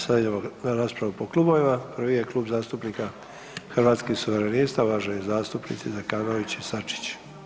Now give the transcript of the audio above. Sad idemo na raspravu po klubovima, prvi je Klub zastupnika Hrvatskih suverenista, uvaženi zastupnici Zekanović i Sačić.